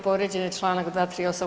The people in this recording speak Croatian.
Povrijeđen je članak 238.